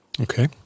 Okay